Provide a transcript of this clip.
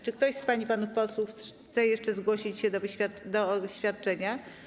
Czy ktoś z pań i panów posłów chce jeszcze zgłosić się do oświadczenia?